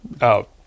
out